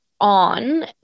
on